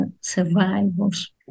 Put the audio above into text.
survivors